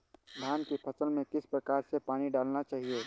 धान की फसल में किस प्रकार से पानी डालना चाहिए?